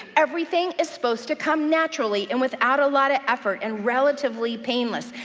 everything is supposed to come naturally, and without a lot of effort, and relatively painless.